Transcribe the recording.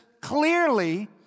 clearly